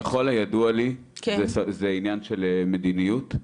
ככל הידוע לי זה עניין של מדיניות,